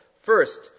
First